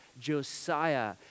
Josiah